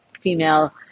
female